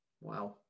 Wow